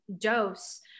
dose